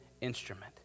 instrument